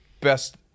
best